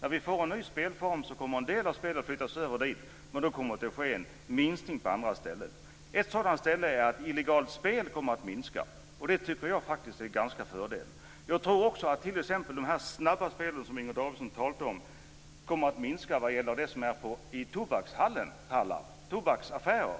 När vi får en ny spelform kommer en del av spelet att flyttas över dit, men det kommer att ske en minskning på andra ställen. En sådan sak är att illegalt spel kommer att minska, och det tycker jag faktiskt är en fördel. Jag tror också att de snabba spel som Inger Davidson talade om och som förekommer i tobaksaffärer kommer att minska.